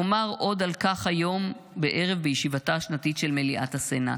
אומר עוד על כך היום בערב בישיבתה השנתית של מליאת הסנאט.